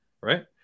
right